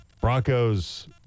Broncos